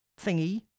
thingy